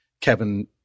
Kevin